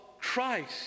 Christ